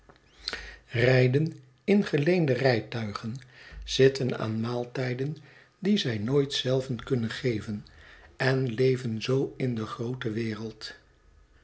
rijden in geleende rijtuigen zitten aan maaltijden die zij nooit zelven kunnen geven en leven zoo in de groote wereld